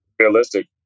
Realistic